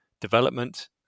development